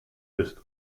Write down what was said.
ist